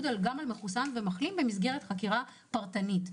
גם על מחוסן ועל מחלים במסגרת חקירה פרטנית.